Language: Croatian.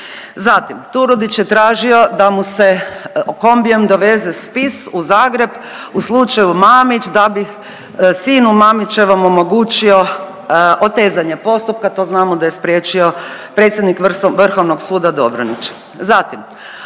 Zatim, Turudić je tražio da mu se kombijem doveze spis u Zagreb u slučaju Mamić da bi sinu Mamićevom omogućio otezanje postupka, to znamo da je spriječio predsjednik Vrhovnog suda, Dobronić.